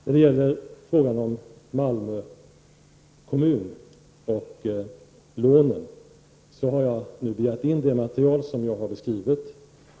När det gäller frågan om Malmö kommun och lånen har jag begärt in det material som jag har beskrivit.